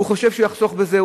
הוא חושב שהוא יחסוך בזה,